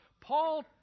Paul